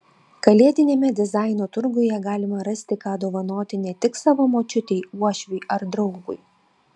kalėdiniame dizaino turguje galima rasti ką dovanoti ne tik savo močiutei uošviui ar draugui